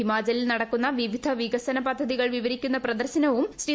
ഹിമാചലിൽ നടക്കുന്ന വിവിധ വികസന പദ്ധതികൾ വിവരിക്കുന്ന പ്രദർശനവും ശ്രീ